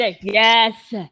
Yes